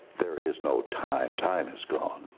there is no time. time is gone.